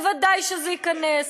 ודאי שזה ייכנס.